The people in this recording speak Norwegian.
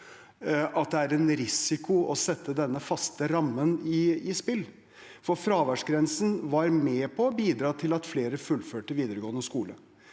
opp, er en risiko å sette denne faste rammen i spill. Fraværsgrensen var med på å bidra til at flere fullførte videregående skole.